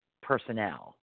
personnel